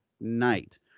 night